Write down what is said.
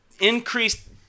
increased